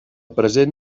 present